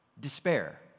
Despair